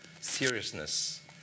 seriousness